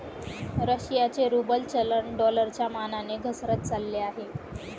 रशियाचे रूबल चलन डॉलरच्या मानाने घसरत चालले आहे